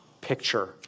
picture